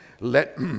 Let